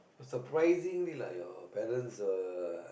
surprisingly lah your parents were